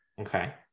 Okay